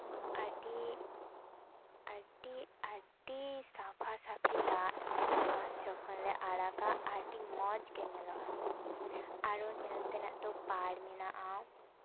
ᱟᱹᱰᱤ ᱟᱹᱰᱤ ᱟᱹᱰᱤ ᱥᱟᱯᱷᱟ ᱥᱟᱯᱷᱤ ᱫᱟᱜ ᱧᱮᱞᱚᱜᱼᱟ ᱡᱚᱠᱷᱚᱱ ᱞᱮ ᱟᱲᱟᱜᱟ ᱟᱹᱰᱤ ᱢᱚᱡᱽ ᱜᱮ ᱧᱮᱞᱚᱜᱼᱟ ᱟᱨᱚ ᱧᱮᱞ ᱛᱮᱱᱟᱜ ᱫᱚ ᱯᱟᱲ ᱢᱮᱱᱟᱜᱼᱟ